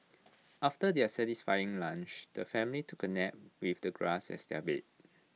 after their satisfying lunch the family took A nap with the grass as their bed